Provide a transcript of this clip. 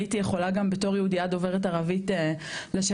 הייתי יכולה גם בתור יהודייה דוברת ערבית לשבת